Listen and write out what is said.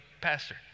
pastor